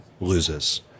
loses